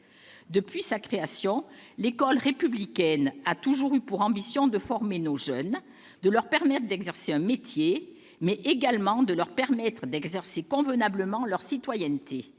Depuis sa création, l'école républicaine a toujours eu pour ambition de former nos jeunes, de leur permettre non seulement d'exercer un métier, mais également d'exercer convenablement leur citoyenneté.